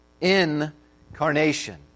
Incarnation